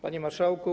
Panie Marszałku!